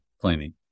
cleaning